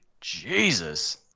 Jesus